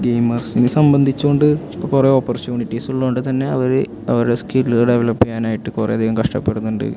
ഗെയ്മേഴ്സിനെ സംബന്ധിച്ചു കൊണ്ട് ഇപ്പം കുറെ ഓപ്പർച്യൂണിറ്റീസ് ഉള്ളത് കൊണ്ട് തന്നെ അവർ അവരുടെ സ്കില്ലുകൾ ഡെവലപ്പ് ചെയ്യാനായിട്ട് കുറേ അധികം കഷ്ടപ്പെടുന്നുണ്ട്